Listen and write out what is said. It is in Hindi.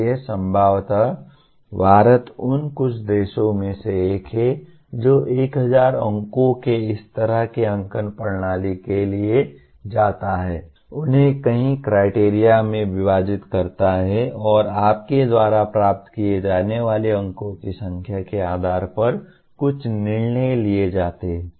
इसलिए संभवत भारत उन कुछ देशों में से एक है जो 1000 अंकों के इस तरह के अंकन प्रणाली के लिए जाता है उन्हें कई क्राइटेरिया में विभाजित करता है और आपके द्वारा प्राप्त किए जाने वाले अंकों की संख्या के आधार पर कुछ निर्णय लिए जाते हैं